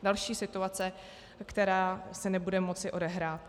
Další situace, která se nebude moci odehrát.